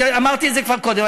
אמרתי את זה כבר קודם.